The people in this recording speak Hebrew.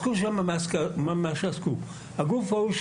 הגוף ההוא,